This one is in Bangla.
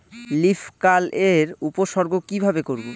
লিফ কার্ল এর উপসর্গ কিভাবে করব?